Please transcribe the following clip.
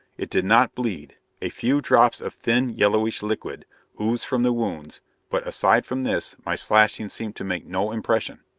it did not bleed a few drops of thin, yellowish liquid oozed from the wounds but aside from this my slashing seemed to make no impression.